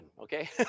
okay